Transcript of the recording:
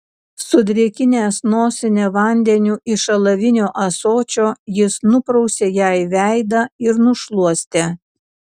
sudrėkinęs nosinę vandeniu iš alavinio ąsočio jis nuprausė jai veidą ir nušluostė